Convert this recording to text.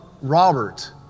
Robert